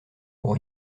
pour